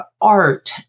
art